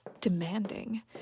Demanding